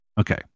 Okay